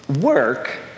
work